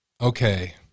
Okay